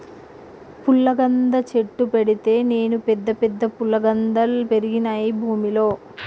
పుల్లగంద చెట్టు పెడితే నేను పెద్ద పెద్ద ఫుల్లగందల్ పెరిగినాయి భూమిలో